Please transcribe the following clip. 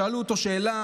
שאלו אותו שאלה,